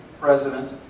president